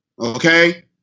Okay